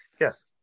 yes